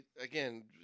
Again